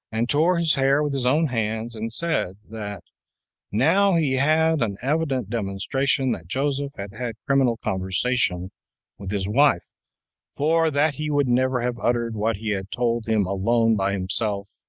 and tore his hair with his own hands, and said, that now he had an evident demonstration that joseph had had criminal conversation with his wife for that he would never have uttered what he had told him alone by himself,